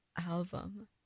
album